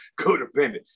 codependent